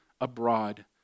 abroad